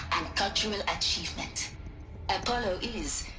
and cultural achievement apollo is.